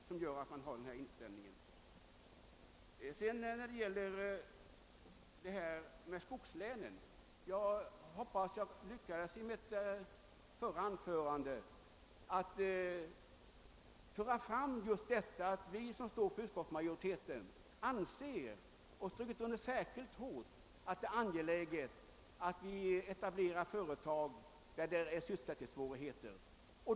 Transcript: Vad sedan beträffar detta med skogslänen vill jag säga att jag hade hoppats att jag skulle ha lyckats att i mitt förra anförande klargöra att vi som står för utskottsmajoritetens förslag anser — det har vi strukit under särskilt hårt — att det är angeläget att vi etablerar företag där det föreligger sysselsättningssvårigheter.